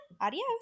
adios